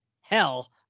hell